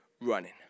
running